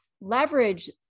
leverage